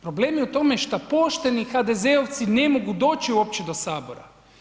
Problem je u tome što pošteni HDZ-ovci ne mogu doći uopće do Sabora.